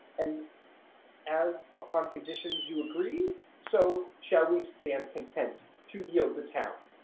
and as upon conditions you agree, so shall we stand content to yield the town.